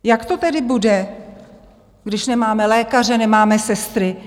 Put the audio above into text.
Jak to tedy bude, když nemáme lékaře, nemáme sestry?